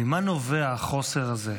ממה נובע החוסר הזה?